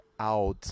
out